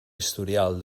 historial